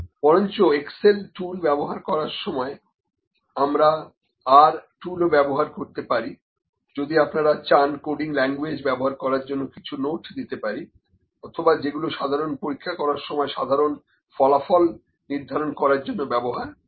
বরংচ Excel tool ব্যবহার করার সময় আমরা র টুলও ব্যবহার করতে পারি যদি আপনারা চান কোডিং ল্যাঙ্গুয়েজ ব্যবহার করার জন্য কিছু নোট দিতে পারি অথবা যেগুলো সাধারণ পরীক্ষা করার সময়ে সাধারণ ফলাফল নির্ধারণ করার জন্য ব্যবহার করা হয়